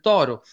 Toro